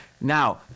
Now